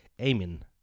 Amen